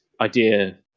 idea